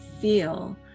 feel